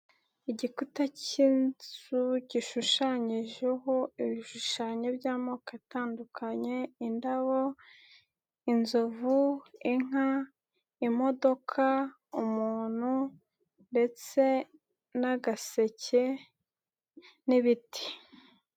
Igikuta cy'inzu gishushanyijeho ibishushanyo by'amoko atandukanye, indabo, inzovu, inka imodoka, umuntu ndetse n'agaseke n'ibiti.